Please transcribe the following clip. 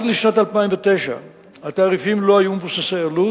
עד לשנת 2009 התעריפים לא היו מבוססי עלות,